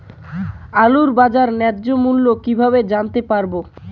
আলুর বাজার ন্যায্য মূল্য কিভাবে জানতে পারবো?